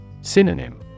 Synonym